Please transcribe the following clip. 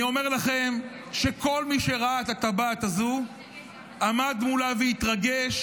אני אומר לכם שכל מי שראה את הטבעת הזו עמד מולה והתרגש,